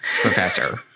professor